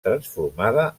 transformada